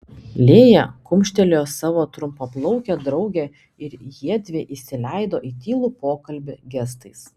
lėja kumštelėjo savo trumpaplaukę draugę ir jiedvi įsileido į tylų pokalbį gestais